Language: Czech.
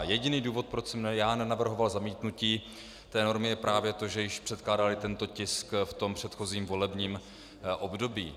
Jediný důvod, proč jsem já nenavrhoval zamítnutí té normy, je právě to, že již předkládali tento tisk v předchozím volebním období.